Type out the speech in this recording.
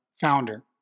founder